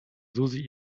susi